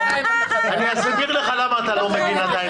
אני אסביר לך למה אתה לא מבין עדיין.